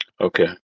okay